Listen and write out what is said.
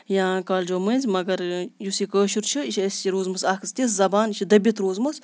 یا کالیجو مٔنٛزۍ مگر یُس یہِ کٲشُر چھُ یہِ چھِ اَسہِ روٗزمٕژ اَکھ تِژھ زبان یہِ چھِ دٔبِتھ روٗزمٕژ